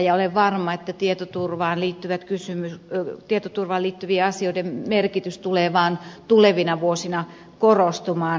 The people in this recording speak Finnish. ja olen varma että tietoturvaan liittyvien asioiden merkitys tulee tulevina vuosina vaan korostumaan